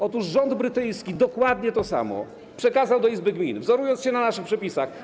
Otóż rząd brytyjski dokładnie to samo przekazał do Izby Gmin, wzorując się na naszych przepisach.